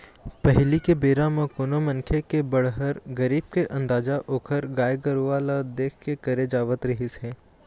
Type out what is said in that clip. पहिली के बेरा म कोनो मनखे के बड़हर, गरीब के अंदाजा ओखर गाय गरूवा ल देख के करे जावत रिहिस हे